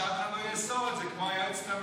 שאף אחד לא יאסור את זה כמו היועצת המשפטית,